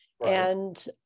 And-